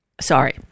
Sorry